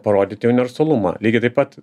parodyti universalumą lygiai taip pat